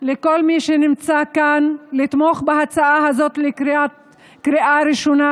לכל מי שנמצא כאן לתמוך בהצעה הזו בקריאה ראשונה,